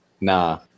nah